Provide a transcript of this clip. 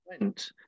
went